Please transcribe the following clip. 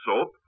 soap